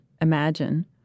imagine